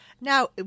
Now